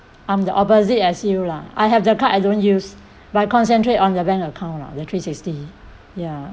I'm the opposite as you lah I have the card I don't use but I concentrate on the bank account lah the three sixty ya